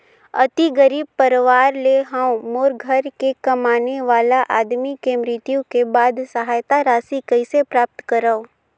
अति गरीब परवार ले हवं मोर घर के कमाने वाला आदमी के मृत्यु के बाद सहायता राशि कइसे प्राप्त करव?